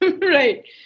Right